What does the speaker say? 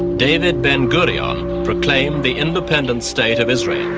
david ben-gurion proclaimed the independent state of israel.